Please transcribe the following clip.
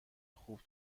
خوب